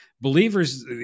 Believers